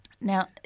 Now